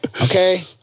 Okay